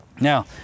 Now